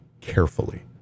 carefully